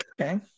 Okay